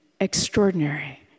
extraordinary